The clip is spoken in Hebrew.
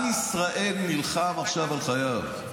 עם ישראל נלחם עכשיו על חייו,